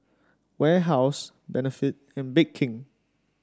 Warehouse Benefit and Bake King